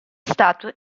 statue